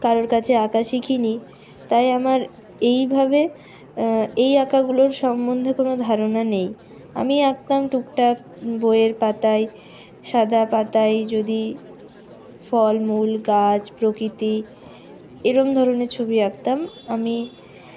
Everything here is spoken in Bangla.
কারোর কাছে আঁকা শিখিনি তাই আমার এইভাবে এই আঁকাগুলোর সম্বন্ধে কোনো ধারণা নেই আমি আঁকতাম টুকটাক বইয়ের পাতায় সাদা পাতায় যদি ফল মূল গাছ প্রকৃতি এরকম ধরনের ছবি আঁকতাম আমি